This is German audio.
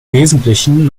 wesentlichen